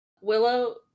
Willow